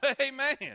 amen